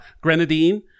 grenadine